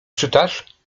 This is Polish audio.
czytasz